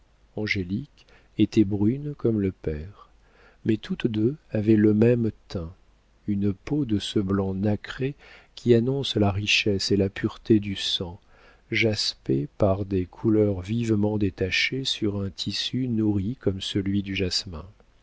angélique était brune comme le père mais toutes deux avaient le même teint une peau de ce blanc nacré qui annonce la richesse et la pureté du sang jaspée par des couleurs vivement détachées sur un tissu nourri comme celui du jasmin